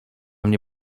mnie